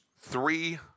three